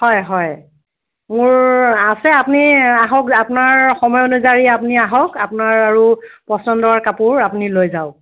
হয় হয় মোৰ আছে আপুনি আহক আপোনাৰ সময় অনুযায়ী আপুনি আহক আপোনাৰ আৰু পচন্দৰ কাপোৰ আপুনি লৈ যাওক